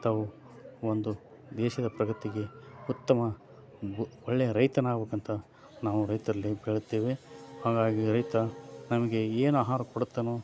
ತಾವು ಒಂದು ದೇಶದ ಪ್ರಗತಿಗೆ ಉತ್ತಮ ಒಬ ಒಳ್ಳೆಯ ರೈತನಾಗಬೇಕಂತ ನಾವು ರೈತರಲ್ಲಿ ಕೇಳುತ್ತೇವೆ ಹಾಗಾಗಿ ರೈತ ನಂಗೆ ಏನು ಆಹಾರ ಕೊಡುತ್ತಾನೋ